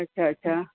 અચ્છા અચ્છા